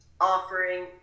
offering